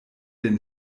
denn